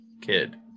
kid